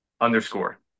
underscore